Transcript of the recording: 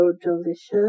delicious